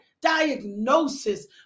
diagnosis